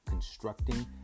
Constructing